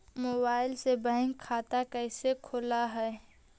Mobile से bank खाता कैसे खुल है?